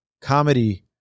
comedy